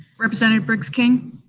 representative briggs king?